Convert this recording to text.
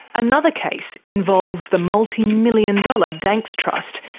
another case involves the multi-million dollar danks trust,